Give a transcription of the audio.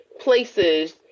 places